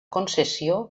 concessió